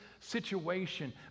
situation